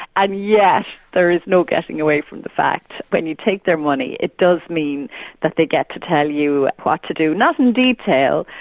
and yet there is no getting away from the fact when you take their money, it does mean that they get to tell you what to do, not in detail,